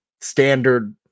standard